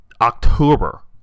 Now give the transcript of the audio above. October